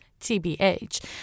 TBH